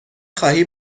خواهی